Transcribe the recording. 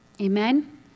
Amen